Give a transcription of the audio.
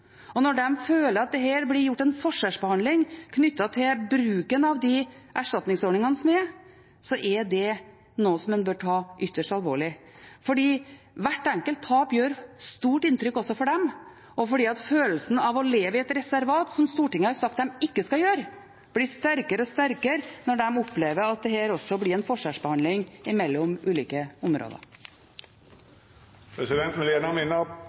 Når de føler at det blir forskjellsbehandling knyttet til bruken av erstatningsordningene, er det noe en bør ta ytterst alvorlig, for hvert enkelt tap gjør stort inntrykk også på dem, og følelsen av å leve i et reservat – som Stortinget har sagt at de ikke skal gjøre – blir sterkere og sterkere når de opplever at det også blir forskjellsbehandling mellom ulike områder. Presidenten vil gjerne